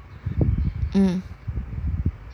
ya